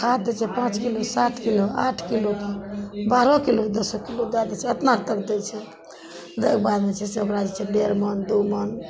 खाद दै छै पाँच किलो सात किलो आठ किलो बारहों किलो दसों किलो दै दै छै अपना तब दै छै डेढ़ मन दू मन